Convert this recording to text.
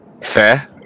fair